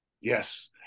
Yes